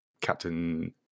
Captain